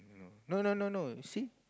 no no no you see